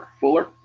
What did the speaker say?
Fuller